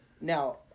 Now